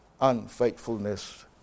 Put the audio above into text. unfaithfulness